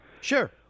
Sure